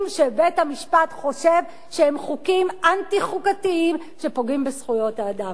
שבית-המשפט חושב שהם חוקים אנטי-חוקתיים שפוגעים בזכויות האדם.